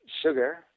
sugar